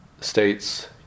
States